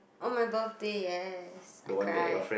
on my birthday yes I cried